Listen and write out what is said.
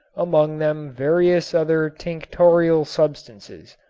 among them various other tinctorial substances.